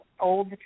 old